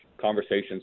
conversations